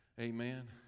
Amen